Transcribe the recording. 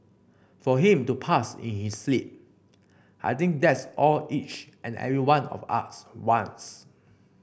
for him to pass in his sleep I think that's all each and every one of us wants